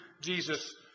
Jesus